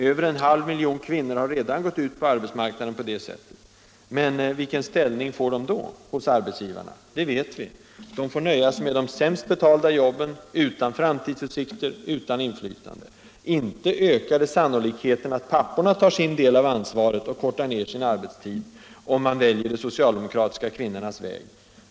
Över en halv miljon kvinnor har redan gått ut på arbetsmarknaden på det sättet. Men vilken ställning får de då hos arbetsgivarna? Det vet vi. De får nöja sig med de sämst betalda jobben, utan framtidsutsikter, utan inflytande. Inte ökar det sannolikheten för att papporna tar sin del av ansvaret och kortar ned sin arbetstid, om man väljer de socialdemokratiska kvinnornas väg.